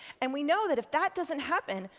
and we know that if that doesn't happen,